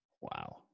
Wow